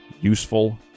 useful